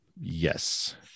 Yes